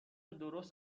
درست